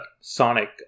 sonic